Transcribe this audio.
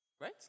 Right